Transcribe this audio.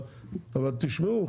אבל תשמעו,